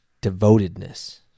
devotedness